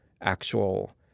actual